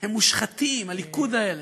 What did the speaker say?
הם מושחתים, הליכוד האלה.